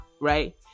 right